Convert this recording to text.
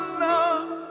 love